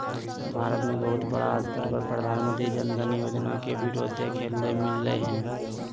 भारत मे बहुत बड़ा स्तर पर प्रधानमंत्री जन धन योजना के विरोध देखे ले मिललय हें